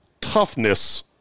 toughness